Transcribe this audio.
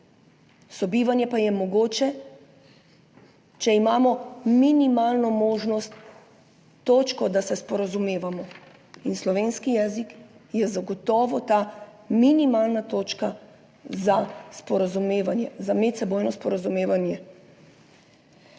Sobivanje pa je mogoče, če imamo minimalno možnost, točko, da se sporazumevamo. In slovenski jezik je zagotovo ta minimalna točka za sporazumevanje,